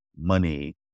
money